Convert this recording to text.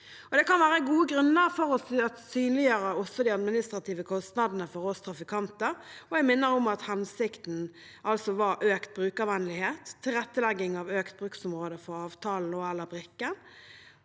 Det kan være gode grunner for å synliggjøre de administrative kostnadene for oss trafikanter, og jeg minner om at hensikten var økt brukervennlighet, tilrettelegging av økt bruksområde for avtalen og/eller brikken